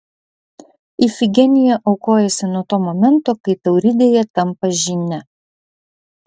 ifigenija aukojasi nuo to momento kai tauridėje tampa žyne